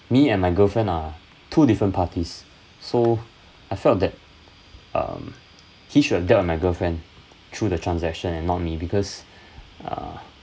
me and my girlfriend are two different parties so I felt that um he should have dealt on my girlfriend through the transaction and not me because uh